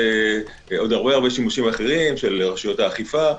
עוד הרבה שימושים אחרים של רשויות האכיפה.